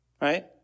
Right